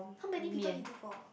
how many people he do for